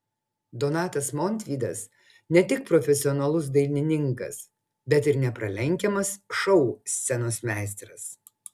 donatas montvydas ne tik profesionalus dainininkas bet ir nepralenkiamas šou scenos meistras